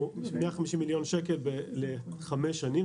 150 מיליון שקל לחמש שנים,